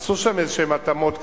עשו שם איזשהן התאמות,